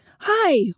Hi